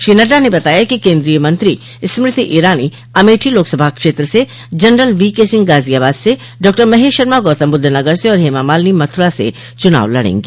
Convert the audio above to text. श्री नड्डा ने बताया कि कन्द्रीय मंत्री स्मृति ईरानी अमेठी लोकसभा क्षेत्र से general V K Singh Ghaziabad से डॉ महेश शर्मा गौतमबद्ध नगर से और हेमा मालिनी मथुरा से चुनाव लड़ेंगी